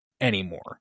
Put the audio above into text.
anymore